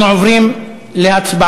אנחנו עוברים להצבעה.